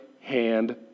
hand